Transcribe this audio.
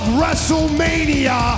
WrestleMania